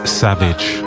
savage